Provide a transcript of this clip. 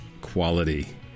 quality